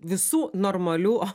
visų normalių